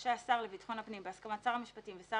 רשאי השר לביטחון הפנים בהסכמת שר המשפטים ושר